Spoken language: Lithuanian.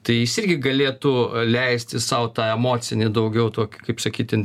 tai jis irgi galėtų leisti sau tą emocinį daugiau tokį kaip sakyti